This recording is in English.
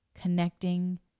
connecting